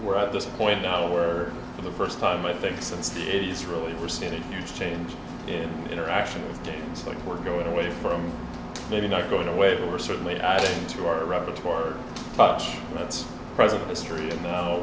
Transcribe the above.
we're at this point now where for the first time i think since the eighty's really we're standing in change in interaction with james that we're going away from maybe not going away but we're certainly i mean to our repertoire but that's present history and no